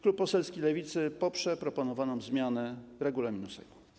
Klub poselski Lewicy poprze proponowaną zmianę regulaminu Sejmu.